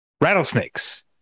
rattlesnakes